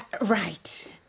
Right